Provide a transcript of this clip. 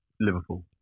Liverpool